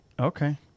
Okay